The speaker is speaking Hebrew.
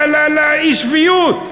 לאי-שפיות.